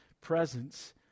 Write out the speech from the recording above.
presence